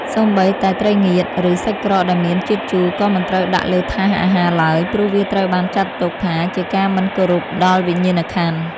សូម្បីតែត្រីងៀត ឬសាច់ក្រកដែលមានជាតិជូរក៏មិនត្រូវដាក់លើថាសអាហារឡើយ ព្រោះវាត្រូវបានចាត់ទុកថាជាការមិនគោរពដល់វិញ្ញាណក្ខន្ធ។